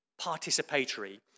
participatory